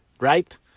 right